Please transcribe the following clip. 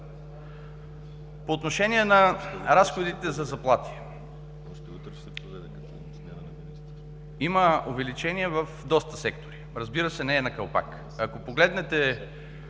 По отношение на разходите за заплати. Има увеличение в доста сектори, разбира се, не е на калпак. Ако погледнете